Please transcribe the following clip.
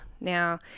Now